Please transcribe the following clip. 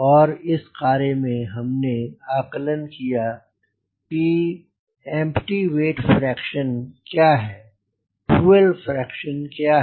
और इस कार्य में हमने आकलन किया कि एम्प्टी वेट फ्रैक्शन क्या है फ़्यूल फ्रैक्शन क्या है